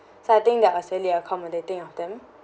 so I think that was really accommodating of them